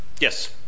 Yes